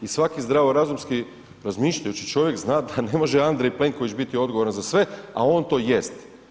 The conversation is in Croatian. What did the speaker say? I svako zdravorazumski razmišljajući čovjek da ne može Andrej Plenković biti odgovora za sve, a on to jest.